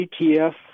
ETF